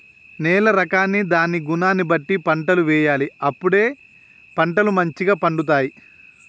నేల రకాన్ని దాని గుణాన్ని బట్టి పంటలు వేయాలి అప్పుడే పంటలు మంచిగ పండుతాయి